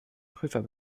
prüfer